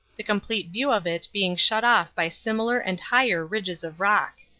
the complete view of it being shut off by similar and higher ridges of rock.